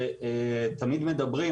שתמיד מדברים,